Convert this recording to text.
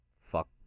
fuck